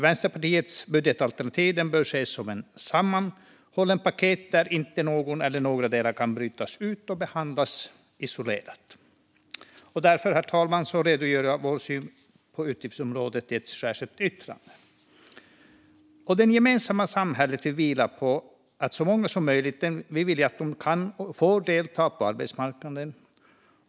Vänsterpartiets budgetalternativ bör ses som ett sammanhållet paket där inte någon eller några delar kan brytas ut och behandlas isolerat. Därför, herr talman, redogör jag för vår syn på utgiftsområdet i ett särskilt yttrande. Det gemensamma samhället vilar på att så många som möjligt vill, kan och får delta på arbetsmarknaden.